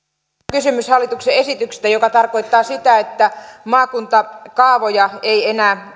kysymys hallituksen esityksestä joka tarkoittaa sitä että maakuntakaavoja ei enää